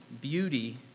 beauty